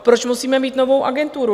Proč musíme mít novou agenturu?